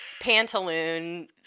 pantaloon